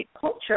culture